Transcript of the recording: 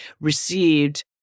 received